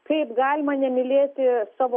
kaip galima nemylėti savo